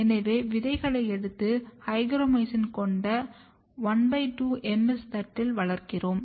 எனவே விதைகளை எடுத்து ஹைக்ரோமைசின் கொண்ட 12 MS தட்டில் வளர்க்கிறோம்